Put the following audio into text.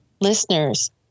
listeners